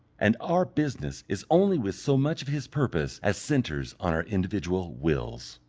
and our business is only with so much of his purpose as centres on our individual wills.